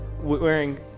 wearing